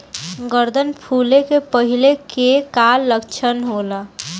गर्दन फुले के पहिले के का लक्षण होला?